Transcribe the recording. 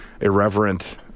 irreverent